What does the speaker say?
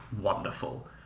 wonderful